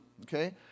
okay